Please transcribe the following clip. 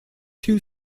two